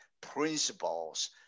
Principles